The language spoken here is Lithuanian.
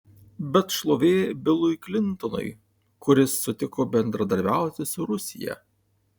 bet šlovė bilui klintonui kuris sutiko bendradarbiauti su rusija